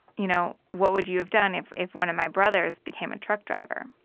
you know, what would you have done if if one of my brothers became a truck driver?